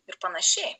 ir panašiai